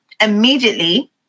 Immediately